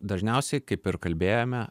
dažniausiai kaip ir kalbėjome